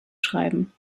schreiben